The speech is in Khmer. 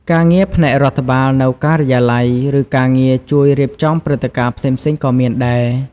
ការងារផ្នែករដ្ឋបាលនៅការិយាល័យ ឬការងារជួយរៀបចំព្រឹត្តិការណ៍ផ្សេងៗក៏មានដែរ។